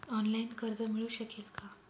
Online कर्ज मिळू शकेल का?